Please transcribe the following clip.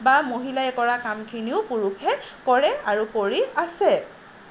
বা মহিলাই কৰা কামখিনিও পুৰুষে কৰে আৰু কৰি আছে